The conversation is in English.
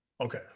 Okay